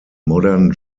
modern